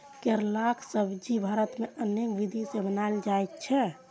करैलाक सब्जी भारत मे अनेक विधि सं बनाएल जाइ छै